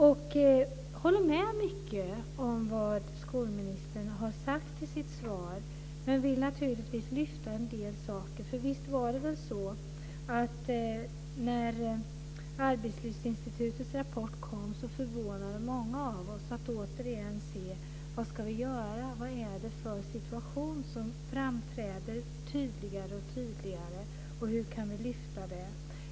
Jag håller med om mycket av vad skolministern har sagt i sitt svar men vill naturligtvis lyfta fram en del saker. Visst var det väl så att när Arbetslivsinstitutets rapport kom förvånade sig många av oss att återigen få höra: Vad ska vi göra? Vad är det för situation som framträder allt tydligare? Hur kan vi lyfta fram det?